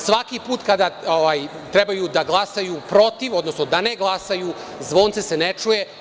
Svaki put kada treba da glasaju protiv, odnosno da ne glasaju zvonce se ne čuje.